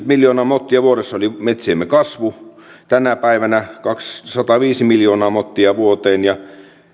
miljoonaa mottia vuodessa metsiemme kasvu tänä päivänä sataviisi miljoonaa mottia vuoteen ja